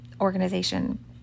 organization